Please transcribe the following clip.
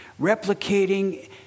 replicating